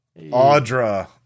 Audra